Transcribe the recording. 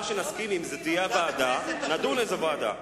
שנסכים שזאת תהיה ועדה, נדון לאיזו ועדה.